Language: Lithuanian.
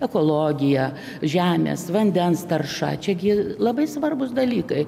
ekologija žemės vandens tarša čia gi labai svarbūs dalykai